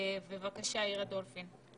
אירה דולפין, בבקשה.